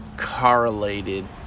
correlated